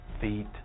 feet